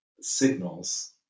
signals